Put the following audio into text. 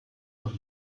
nach